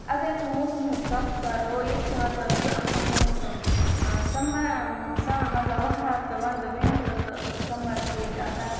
اگر أسۍ وۄنۍ موسمَن ہٕنٛز کَتھ کَرو ییٚتہِ چھِ مطلب زٕ اَہَم موسَم سَمہ سَمَر مطلب وَہرات تہٕ وَندٕ وِنٹَر تہٕ سَمَر چھِ ییٚتہِ آسان